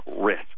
risk